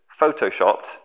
photoshopped